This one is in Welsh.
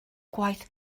gwaith